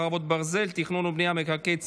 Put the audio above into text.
חרבות ברזל) (תכנון ובנייה ומקרקעי ציבור),